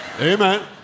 Amen